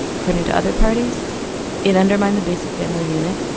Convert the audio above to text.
according to other parties it undermined the basic family unit,